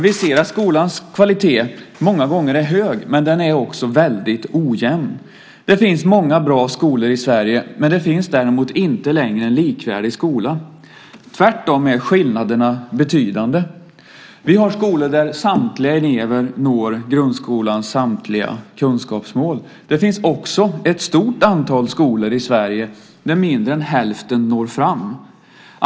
Vi ser att skolans kvalitet många gånger är hög, men den är också väldigt ojämn. Det finns många bra skolor i Sverige. Det finns däremot inte längre en likvärdig skola. Tvärtom är skillnaderna betydande. Vi har skolor där samtliga elever når grundskolans samtliga kunskapsmål. Det finns också ett stort antal skolor i Sverige där mindre än hälften når fram.